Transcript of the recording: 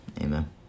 Amen